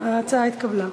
ההצעה התקבלה.